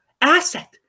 asset